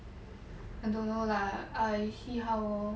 I don't know lah I see how lor